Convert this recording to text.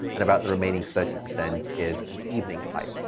and about the remaining thirty percent is an evening type,